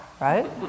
right